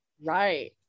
Right